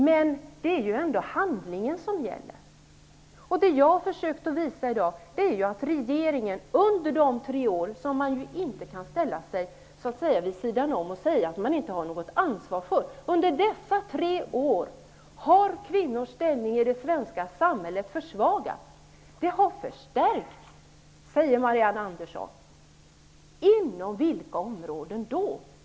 Men det är ändå handlingarna som räknas, och jag har i dag försökt visa att under de gångna tre åren, som regeringen inte kan säga att den inte har något ansvar för, har kvinnors ställning i det svenska samhället försvagats. Den har stärkts, säger Marianne Andersson. Inom vilka områden?